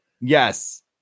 yes